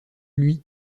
lui